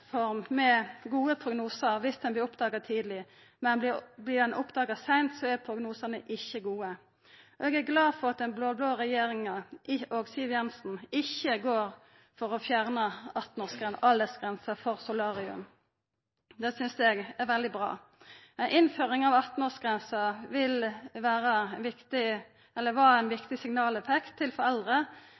med gode prognosar viss det vert oppdaga tidleg, men vert det oppdaga seint, er prognosane ikkje gode. Eg er glad for at den blå-blå regjeringa og Siv Jensen ikkje går inn for å fjerna 18 års aldersgrense for solarium. Det synest eg er veldig bra. Ei innføring av 18 års grense var ein viktig signaleffekt til foreldre, òg for